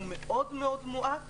הוא מאוד מועט,